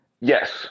Yes